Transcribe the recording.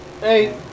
Hey